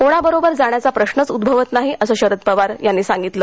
कोणाबरोबर जाण्याचा प्रश्नच उद्भवत नाही असं शरद पवार यांनी सांगितलं